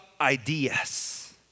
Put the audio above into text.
ideas